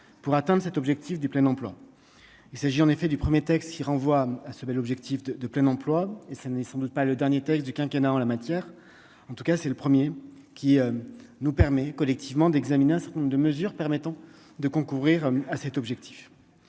pour atteindre cet objectif du plein emploi, il s'agit en effet du 1er, texte qui renvoie à ce bel objectif de plein emploi et ce n'est sans doute pas le dernier texte du quinquennat en la matière, en tout cas c'est le 1er qui nous permet, collectivement, d'examiner un certain nombre de mesures permettant de concourir à cet objectif,